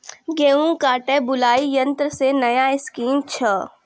गेहूँ काटे बुलाई यंत्र से नया स्कीम छ?